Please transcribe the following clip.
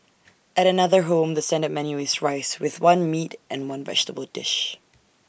at another home the standard menu is rice with one meat and one vegetable dish